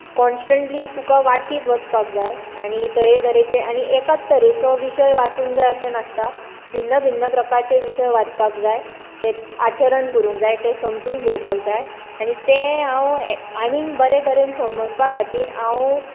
constantly तुका वाचीत वचपाक जाय आनी तरेतरेचे आनी एकाच तरेचो विशय वाचूंक जाय अशें नासता भिन्न भिन्न प्रकारचे विशय वाचपाक जाय तेच आचरण करुंक जाय समजून घेवपाक जाय आनी ते हांव आनीक बरें तरेन समजपा खातीर हांव